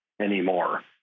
anymore